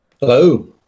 Hello